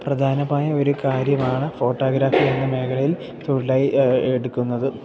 പ്രധാനമായ ഒരു കാര്യമാണ് ഫോട്ടോഗ്രാഫി എന്ന മേഖലയിൽ തൊഴിലായി എടുക്കുന്നത്